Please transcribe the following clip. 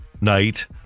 night